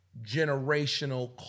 generational